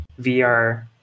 VR